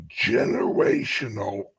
generational